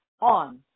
on